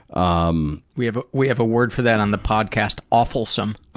um. we have we have a word for that on the podcast awfulsome.